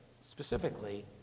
specifically